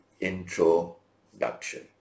introduction